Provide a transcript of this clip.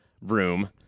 room